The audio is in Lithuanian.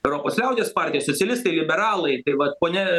europos liaudies partija socialistai liberalai ir vat ponia